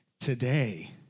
today